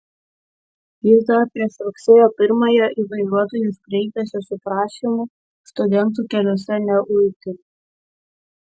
jis dar prieš rugsėjo pirmąją į vairuotojus kreipėsi su prašymu studentų keliuose neuiti